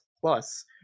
plus